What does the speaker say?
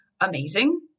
amazing